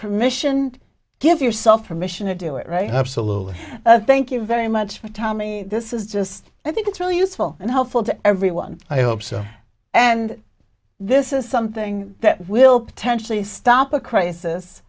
permission to give yourself permission to do it right absolutely thank you very much for tommy this is just i think it's really useful and helpful to everyone i hope so and this is something that will potentially stop a crisis